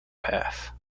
path